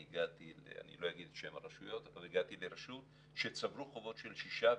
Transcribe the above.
אני הגעתי - לא אומר את שם הרשויות לרשות שצברה חובות של שישה,